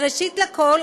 ראשית לכול,